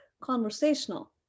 conversational